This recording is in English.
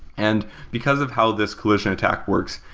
and because of how this collision attack works,